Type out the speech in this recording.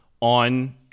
on